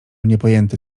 niepojęty